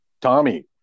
Tommy